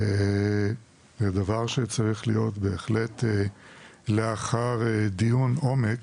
זה דבר שצריך להיות בהחלט אחרי דיון עומק